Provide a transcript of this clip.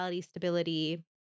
stability